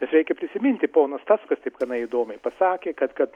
nes reikia prisiminti ponas taskas taip gana įdomiai pasakė kad kad